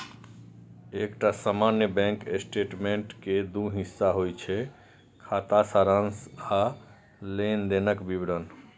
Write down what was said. एकटा सामान्य bank statement के दू हिस्सा होइ छै, खाता सारांश आ लेनदेनक विवरण